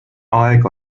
aeg